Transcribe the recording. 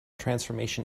transformation